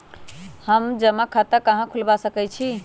हम जमा खाता कहां खुलवा सकई छी?